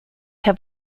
have